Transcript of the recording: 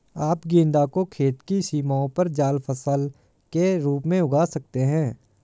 आप गेंदा को खेत की सीमाओं पर जाल फसल के रूप में उगा सकते हैं